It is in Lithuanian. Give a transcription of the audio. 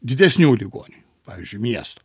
didesnių ligoninių pavyzdžiui miesto